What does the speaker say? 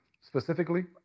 specifically